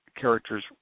character's